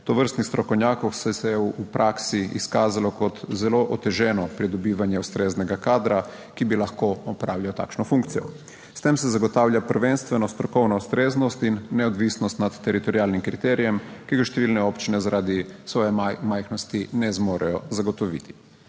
tovrstnih strokovnjakov, saj se je v praksi izkazalo kot zelo oteženo pridobivanje ustreznega kadra, ki bi lahko opravljal takšno funkcijo. S tem se zagotavlja prvenstveno strokovna ustreznost in neodvisnost nad teritorialnim kriterijem, ki ga številne občine zaradi svoje majhnosti ne zmorejo zagotoviti.